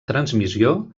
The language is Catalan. transmissió